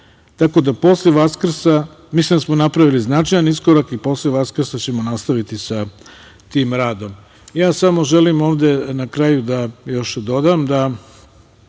svakih šest meseci. Mislim da smo napravili značajan iskorak i posle Vaskrsa ćemo nastaviti sa tim radom. Samo želim ovde na kraju da još dodam da,